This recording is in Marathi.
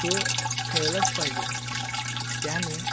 खेळ खेळलाच पाहिजे त्याने